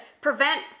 prevent